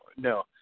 no